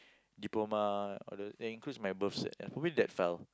diploma all those includes my birth cert probably that file